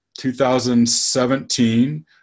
2017